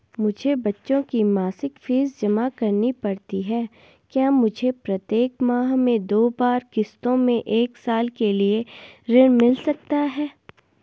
मुझे बच्चों की मासिक फीस जमा करनी पड़ती है क्या मुझे प्रत्येक माह में दो बार किश्तों में एक साल के लिए ऋण मिल सकता है?